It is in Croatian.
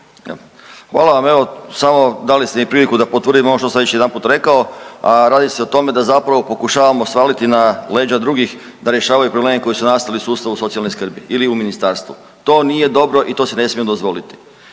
Hvala vam. Evo samo dali ste mi priliku da potvrdim ovo što sam već jedanput rekao, a radi se o tome da zapravo pokušavamo svaliti na leđa drugih da rješavaju probleme koji su nastali u sustavu socijalne skrbi ili u ministarstvu. To nije dobro i to se ne smije dozvoliti.